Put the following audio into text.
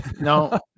No